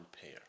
pair